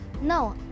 no